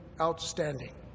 outstanding